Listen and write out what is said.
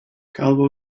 calvo